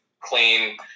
clean –